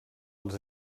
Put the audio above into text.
els